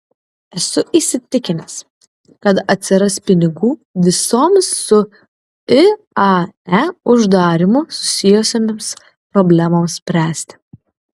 esu įsitikinęs kad atsiras pinigų visoms su iae uždarymu susijusioms problemoms spręsti